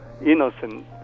innocent